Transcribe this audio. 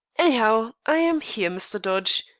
anyhow, i am here, mr. dodge,